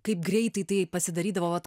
kaip greitai tai pasidarydavo vat